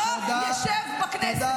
לא ישב בכנסת.